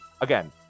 again